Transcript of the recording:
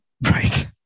Right